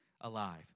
alive